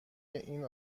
این